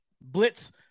Blitz